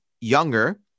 younger